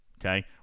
Okay